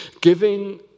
Giving